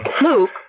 Luke